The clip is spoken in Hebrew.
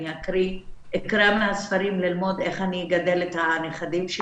אקרא מהספרים ללמוד איך אני אגדל את הנכדים שלי